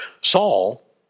Saul